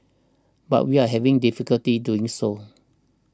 but we are having difficulty doing so